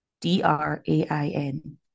D-R-A-I-N